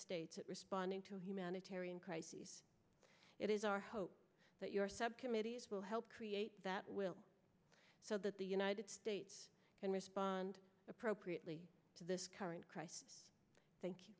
states responding to humanitarian crises it is our hope that your subcommittees will help create that will so the the united states can respond appropriately to this current crisis thank you